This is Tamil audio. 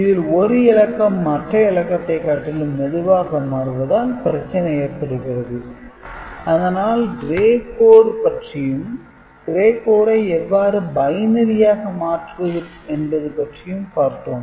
இதில் ஒரு இலக்கம் மற்ற இலக்கத்தைக் காட்டிலும் மெதுவாக மாறுவதால் பிரச்சனை ஏற்படுகிறது அதனால் Gray code பற்றியும் Gray code ஐ எவ்வாறு பைனரியாக மாற்றுவது என்பது பற்றியும் பார்த்தோம்